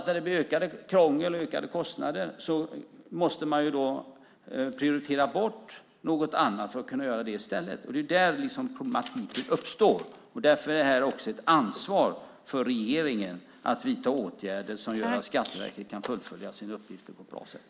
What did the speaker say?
När det blir ökat krångel och ökade kostnader är det klart att man måste prioritera bort något annat för att kunna göra det i stället. Det är där som problematiken uppstår. Därför är det också ett ansvar för regeringen att vidta åtgärder som gör att Skatteverket kan fullfölja sina uppgifter på ett bra sätt.